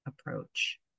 approach